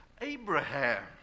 Abraham